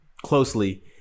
closely